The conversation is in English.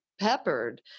peppered